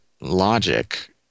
logic